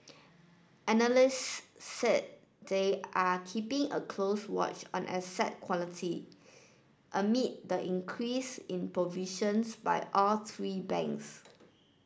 analysts said they are keeping a close watch on asset quality amid the increase in provisions by all three banks